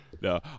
No